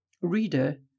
Reader